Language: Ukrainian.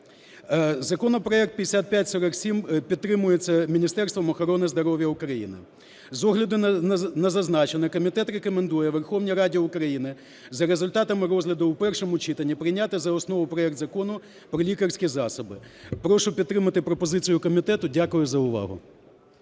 Законопроект 5547 підтримується Міністерством охорони здоров'я України. З огляду на зазначене, комітет рекомендує Верховній Раді України за результатами розгляду у першому читанні прийняти за основу проект Закону про лікарські засоби. Прошу підтримати пропозицію комітету. Дякую за увагу.